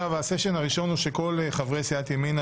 הסשן הראשון הוא שכל חברי סיעת ימינה,